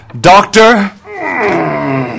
doctor